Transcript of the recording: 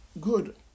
good